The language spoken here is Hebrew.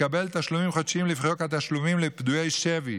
לקבל תשלומים חודשיים לפי חוק התשלומים לפדויי שבי,